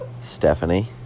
Stephanie